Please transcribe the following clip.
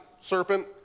serpent